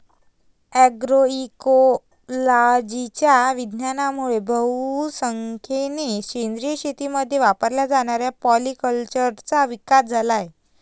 अग्रोइकोलॉजीच्या विज्ञानामुळे बहुसंख्येने सेंद्रिय शेतीमध्ये वापरल्या जाणाऱ्या पॉलीकल्चरचा विकास झाला आहे